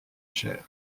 cher